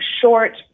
short